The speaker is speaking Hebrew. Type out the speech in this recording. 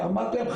ואמרתי להם,